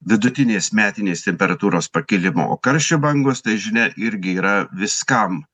vidutinės metinės temperatūros pakilimo o karščio bangos tai žinia irgi yra viskam